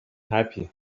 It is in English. happy